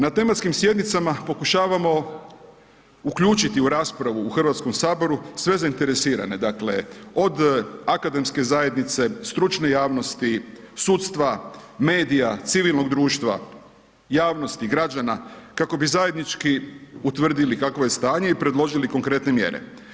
Na tematskim sjednicama pokušavamo uključiti u raspravu u HS-u sve zainteresirane, dakle, od akademske zajednice, stručne javnosti, sudstva, medija, civilnog društva, javnosti, građana, kako bi zajednički utvrdili kakvo je stanje i predložili konkretne mjere.